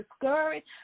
discouraged